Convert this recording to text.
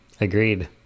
agreed